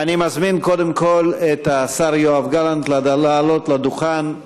אני מזמין קודם כול את השר יואב גלנט לעלות לדוכן.